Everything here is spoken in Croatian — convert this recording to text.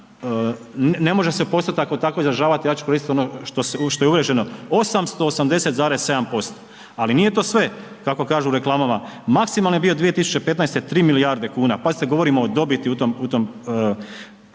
ne može se postotak tako izražavat, ja ću koristit ono što je uvriježeno, 880,7%, ali nije to sve, kako kažu u reklamama, maksimalno je bio 2015. 3 milijarde kuna, pazite, govorimo o dobiti u toj